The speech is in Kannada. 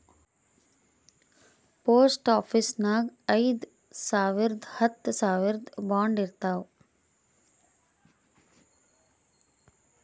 ಪೋಸ್ಟ್ ಆಫೀಸ್ನಾಗ್ ಐಯ್ದ ಸಾವಿರ್ದು ಹತ್ತ ಸಾವಿರ್ದು ಬಾಂಡ್ ಇರ್ತಾವ್